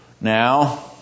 now